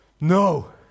no